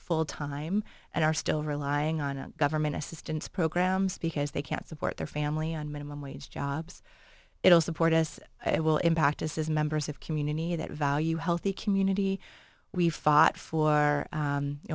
full time and are still relying on government assistance programs because they can't support their family on minimum wage jobs it will support us it will impact us as members of community that value healthy community we've fought for you